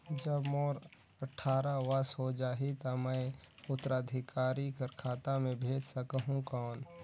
जब मोर अट्ठारह वर्ष हो जाहि ता मैं उत्तराधिकारी कर खाता मे भेज सकहुं कौन?